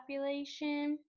population